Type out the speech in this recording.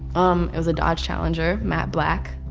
um it was a dodge challenger, matte black.